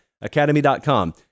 academy.com